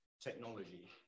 technology